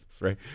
right